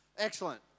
Excellent